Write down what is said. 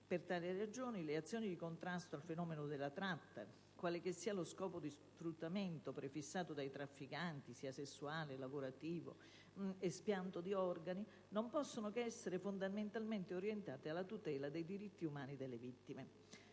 Per tale ragione, le azioni di contrasto al fenomeno della tratta, quale che sia lo scopo di sfruttamento prefissato dai trafficanti (sessuale, lavorativo, espianto di organi), non possono che essere fondamentalmente orientate alla tutela dei diritti umani delle vittime;